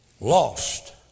lost